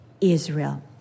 Israel